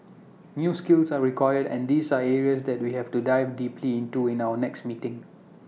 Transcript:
new skills are required and these are areas that we have to dive deeply into in our next meeting